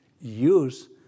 use